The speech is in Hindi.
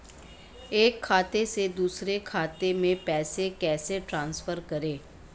एक खाते से दूसरे खाते में पैसे कैसे ट्रांसफर करें?